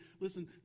listen